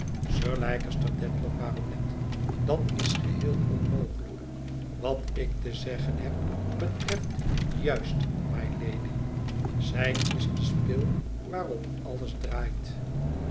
sir leicester dedlock baronet dat is geheel onmogelijk wat ik te zeggen heb betreft juist mylady zij is de spil waarop alles draait